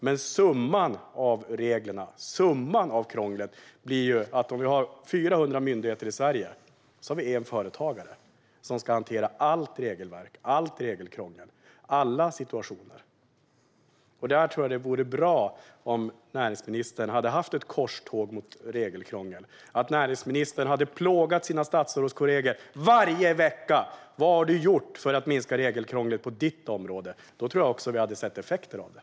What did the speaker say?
Men summan av reglerna och summan av krånglet blir att om vi har 400 myndigheter i Sverige har vi en företagare som ska hantera alla regelverk, allt regelkrångel och alla situationer. Där tror jag att det vore bra om näringsministern hade haft ett korståg mot regelkrångel och att näringsministern hade plågat sina statsrådskollegor varje vecka och frågat dem: Vad har du gjort för att minska regelkrånglet på ditt område? Då tror jag att vi hade sett effekter av det.